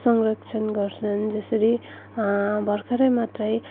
संरक्षण गर्छन् जसरी भर्खरै मात्रै